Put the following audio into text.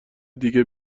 دیگه